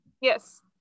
Yes